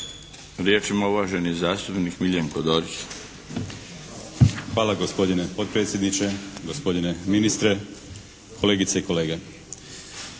Riječ ima uvaženi zastupnik Miljenko Dorić. **Dorić, Miljenko (HNS)** Hvala gospodine potpredsjedniče, gospodine ministre, kolegice i kolege.